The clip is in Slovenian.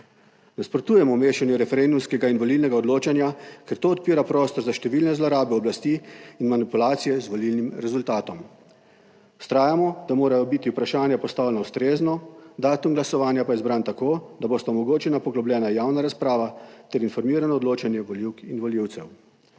Nasprotujemo mešanju referendumskega in volilnega odločanja, ker to odpira prostor za številne zlorabe oblasti in manipulacije z volilnim rezultatom. Vztrajamo, da morajo biti vprašanja postavljena ustrezno, **94. TRAK: (VP) 16.45** (nadaljevanje) datum glasovanja pa izbran tako, da bosta omogočena poglobljena javna razprava ter informirano odločanje volivk in volivcev.